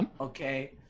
Okay